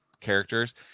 characters